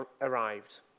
arrived